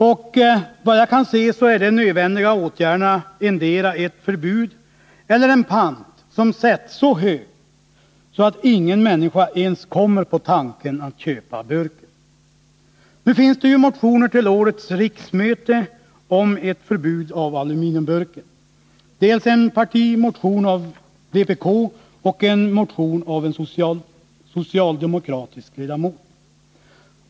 Och vad jag kan se är de nödvändiga åtgärderna endera ett förbud eller en pant som sätts så högt att ingen människa ens kommer på tanken att köpa burken. Nu finns det motioner till årets riksmöte om ett förbud mot aluminiumburken, dels en partimotion av vpk, dels en motion av en socialdemokratisk ledamot.